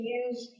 use